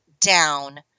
down